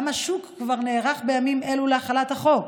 גם השוק כבר נערך בימים אלו להחלת החוק.